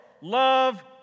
love